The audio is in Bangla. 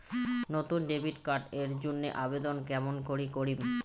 নতুন ডেবিট কার্ড এর জন্যে আবেদন কেমন করি করিম?